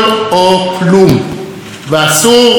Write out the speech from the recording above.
ואסור לשבור שורות.